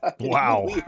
Wow